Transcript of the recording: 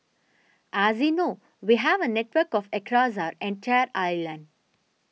as you know we have a network of across our entire island